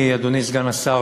אדוני סגן השר,